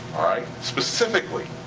specifically.